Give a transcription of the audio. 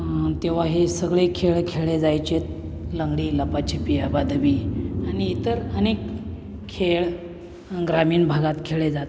आ न् तेव्हा हे सगळे खेळ खेळले जायचेत लंगडी लपाछपी अबाधबी आणि इतर अनेक खेळ ग्रामीण भागात खेळले जात